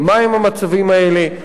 מהם המצבים האלה,